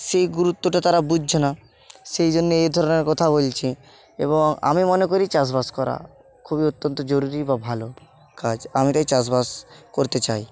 সেই গুরুত্বটা তারা বুঝছে না সেই জন্যে এ ধরনের কথা বলছে এবং আমি মনে করি চাষবাস করা খুব অত্যন্ত জরুরী বা ভালো কাজ আমি তাই চাষবাস করতে চাই